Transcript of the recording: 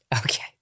Okay